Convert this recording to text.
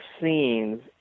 scenes